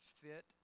fit